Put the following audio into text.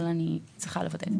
אבל אני צריכה לוודא.